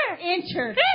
enter